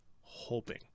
hoping